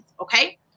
okay